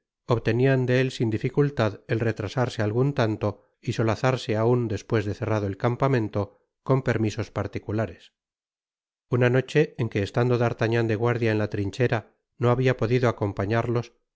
obtenian de él sin dificultad el retrasarse algun tanto y solazarse aun despues de cerrado el campamento con permisos particulares una noche en que estando d'artagnan de guardia en la trinchera no habia podido acompañarlos athos porthos y